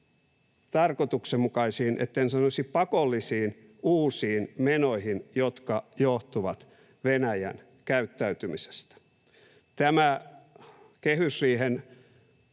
tarkoituksenmukaisiin, etten sanoisi pakollisiin, uusiin menoihin, jotka johtuvat Venäjän käyttäytymisestä.